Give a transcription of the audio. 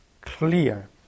clear